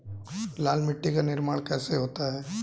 लाल मिट्टी का निर्माण कैसे होता है?